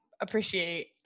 appreciate